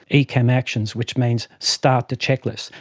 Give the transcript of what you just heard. ecam actions which means start the checklist.